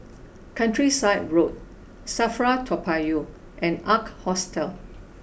Countryside Road Safra Toa Payoh and Ark Hostel